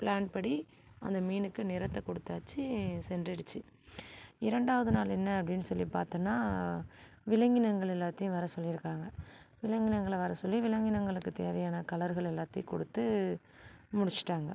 plan படி அந்த மீனுக்கு நிறத்தை குடுத்தாச்சு சென்றுடுச்சு இரண்டாவது நாள் என்ன அப்டின்னு சொல்லி பார்த்தம்னா விலங்கினங்கள் எல்லாத்தையும் வர சொல்லியிருக்காங்க விலங்கினங்களை வர சொல்லி விலங்கினங்களுக்கு தேவையான கலர்கள் எல்லாத்தையும் கொடுத்து முடிச்சிட்டாங்க